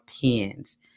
pens